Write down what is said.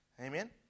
Amen